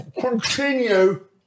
continue